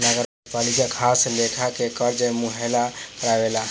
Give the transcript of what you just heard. नगरपालिका खास लेखा के कर्जा मुहैया करावेला